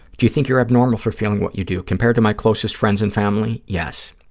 do you think you're abnormal for feeling what you do? compared to my closest friends and family, yes.